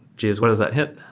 geez! what is that hip?